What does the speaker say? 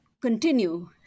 continue